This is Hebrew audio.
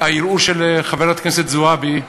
הערעור של חברת הכנסת חנין זועבי,